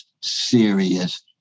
serious